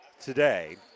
today